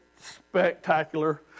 spectacular